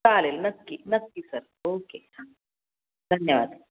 चालेल नक्की नक्की सर ओके हां धन्यवाद